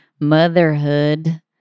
motherhood